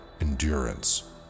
endurance